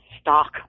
stock